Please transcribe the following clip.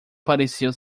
pareceu